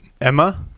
Emma